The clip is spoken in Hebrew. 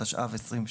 התשע"ו-2016,